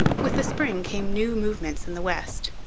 with the spring came new movements in the west.